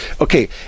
okay